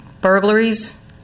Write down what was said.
burglaries